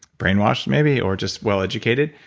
brainwash maybe, or just well educated,